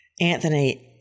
Anthony